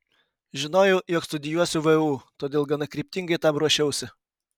žinojau jog studijuosiu vu todėl gana kryptingai tam ruošiausi